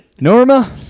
Norma